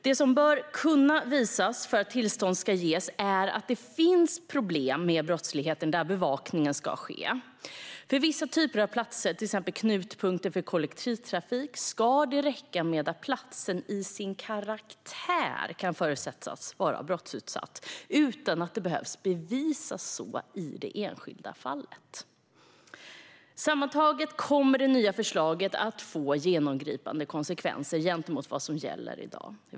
Det som bör kunna visas för att tillstånd ska ges är att det finns problem med brottslighet där bevakningen ska ske. För vissa typer av platser, till exempel knutpunkter för kollektivtrafik, ska det räcka med att platsen till sin karaktär kan förutsättas vara brottsutsatt utan att det behöver bevisas i det enskilda fallet. Sammantaget kommer det nya förslaget att få genomgripande konsekvenser gentemot vad som gäller i dag.